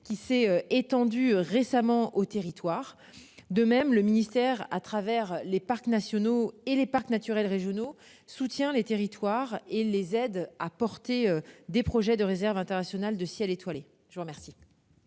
qui s'est étendu récemment au territoire. De même, le ministère à travers les parcs nationaux et les parcs naturels régionaux soutient les territoires et les aide à porter des projets de réserve internationale de ciel étoilé, je vous remercie.